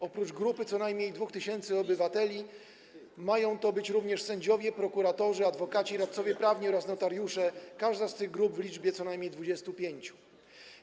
Oprócz grupy co najmniej 2 tys. obywateli mają to być również sędziowie, prokuratorzy, adwokaci, radcowie prawni oraz notariusze, każda z tych grup w liczbie co najmniej 25 osób.